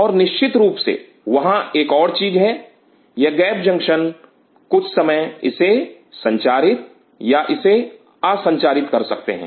और निश्चित रूप से वहां एक और चीज है यह गैप जंक्शन कुछ समय इसे संचारित या इसे अ संचारित कर सकते हैं